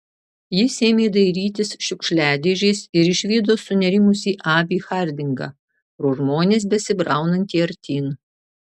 jis ėmė dairytis šiukšliadėžės ir išvydo sunerimusį abį hardingą pro žmones besibraunantį artyn